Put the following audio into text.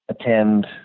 attend